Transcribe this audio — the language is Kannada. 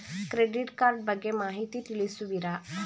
ಕ್ರೆಡಿಟ್ ಕಾರ್ಡ್ ಬಗ್ಗೆ ಮಾಹಿತಿ ತಿಳಿಸುವಿರಾ?